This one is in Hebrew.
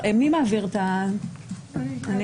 למעשה יצאנו לדרך מתוקף החלטת ממשלה 2733